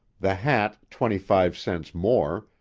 the hat twenty-five cents more,